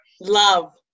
Love